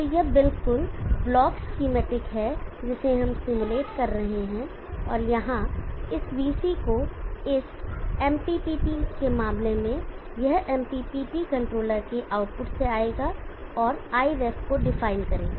तो यह बिल्कुल ब्लॉक एसकेमैटिक है जिसे हम सिमुलेट कर रहे हैं और यहां इस VC को इस MPPT के मामले में यह MPPT कंट्रोलर के आउटपुट से आएगा और Iref को डिफाइन करेगा